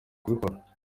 kubikora